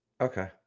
okay